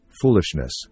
foolishness